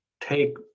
take